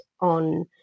on